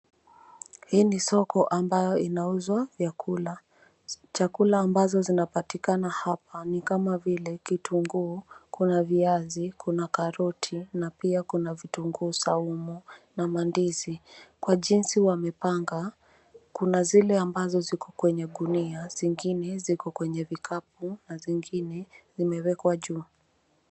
Hii ni soko ambayo inauzwa vyakula. Chakula ambazo zinapatikana hapa ni kama vile kitunguu, kuna viazi, kuna karoti, na pia kuna vitunguu saumu na mandizi. Kwa jinsi wamepanga, kuna zile ambazo ziko kwenye gunia, zingine ziko kwenye vikapu na zingine zimewekwa juu.